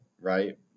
Right